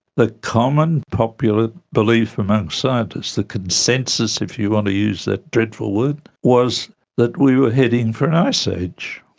the common popular belief amongst scientists, the consensus, if you want to use that dreadful word, was that we were heading for an ice age.